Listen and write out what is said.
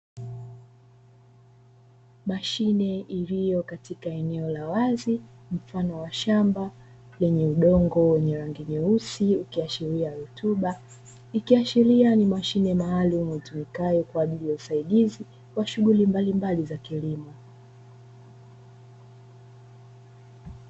Mashine iliyo katika eneo la wazi mfano wa shamba, lenye udongo wa rangi nyeusi ukiashiria rutuba. Ikiashiria ni mashine maalumu itumiikayo kwa ajili ya usaidizi wa shughuli mbalimbali za kilimo.